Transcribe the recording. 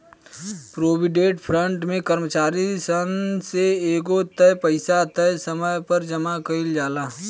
provident fund में कर्मचारी सन से एगो तय पइसा तय समय पर जामा कईल जाला